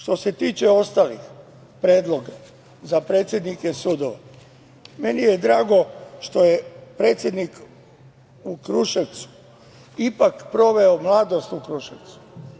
Što se tiče ostalih predloga za predsednike sudova, meni je drago što je predsednik u Kruševcu ipak proveo mladost u Kruševcu.